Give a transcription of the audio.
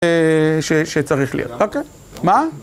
‫שצריך להיות, אוקיי? מה?